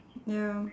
ya